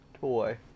toy